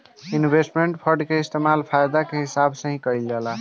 investment fund के इस्तेमाल फायदा के हिसाब से ही कईल जाला